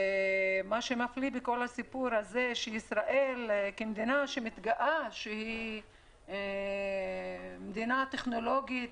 ומה שמפליא בכל סיפור הזה שישראל כמדינה שמתגאה שהיא מדינה טכנולוגית,